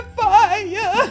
fire